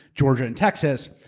georgia, and texas.